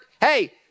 hey